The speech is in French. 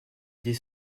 des